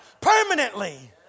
permanently